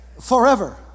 forever